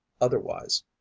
Otherwise